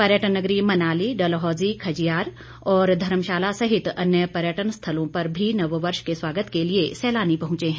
पर्यटन नगरी मनाली डलहौजी खजियार और धर्मशाला सहित अन्य पर्यटन स्थलों पर भी नववर्ष के स्वागत के लिए सैलानी पहुंचे हैं